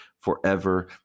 forever